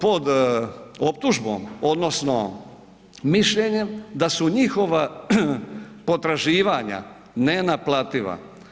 Pod optužbom odnosno mišljenjem da su njihova potraživanja nenaplativa.